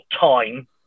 time